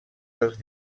dels